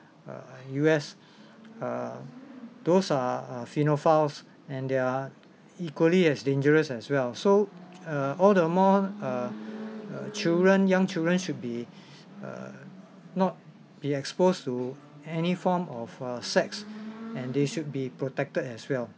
uh U_S uh those are uh paedophiles and they're equally as dangerous as well so uh all the more uh uh children young children should be uh not be exposed to any form of uh sex and they should be protected as well